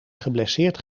geblesseerd